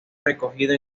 recogido